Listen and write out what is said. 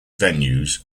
venues